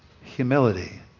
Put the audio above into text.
humility